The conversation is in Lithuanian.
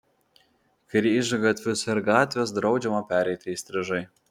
kryžgatvius ir gatves draudžiama pereiti įstrižai